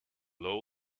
low